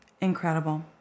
incredible